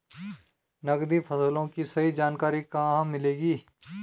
नकदी फसलों की सही जानकारी कहाँ मिलेगी?